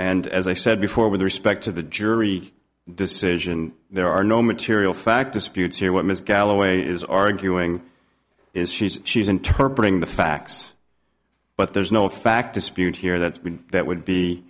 and as i said before with respect to the jury decision there are no material fact disputes here what ms galloway is arguing is she's she's inter bring the facts but there's no fact dispute here that's been that would be